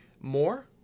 more